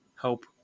help